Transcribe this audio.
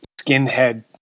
skinhead